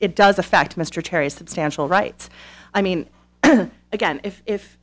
it does affect mr terry a substantial right i mean again if i